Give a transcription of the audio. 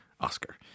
Oscar